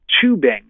tubing